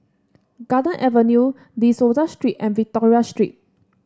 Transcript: Garden Avenue De Souza Street and Victoria Street